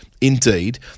Indeed